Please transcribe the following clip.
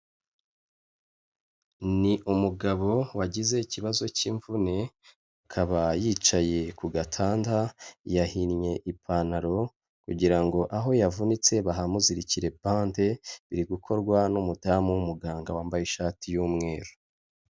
Ni umugabo wagize ikibazo cy'imvune akaba yicaye ku gatanda yahinnye ipantaro kugira ngo aho yavunitse bahamuzirikire bande, biri gukorwa n'umudamu w'umuganga wambaye ishati y'umweru.